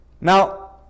Now